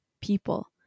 people